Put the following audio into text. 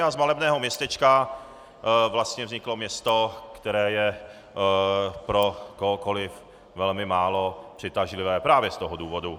A z malebného městečka vlastně vzniklo město, které je pro kohokoli velmi málo přitažlivé právě z toho důvodu.